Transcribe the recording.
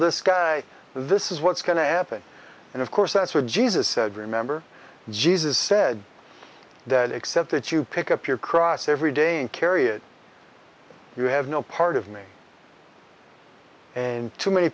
this guy this is what's going to happen and of course that's what jesus said remember jesus said that except that you pick up your cross every day and carry it you have no part of me and to many